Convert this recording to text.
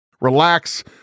relax